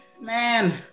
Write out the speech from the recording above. man